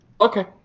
Okay